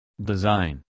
Design